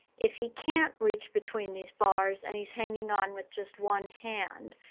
if he can't reach between these bars and he's hanging on with just one hand.